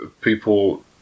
people